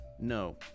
No